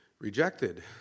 rejected